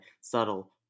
subtle